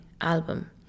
album